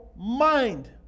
mind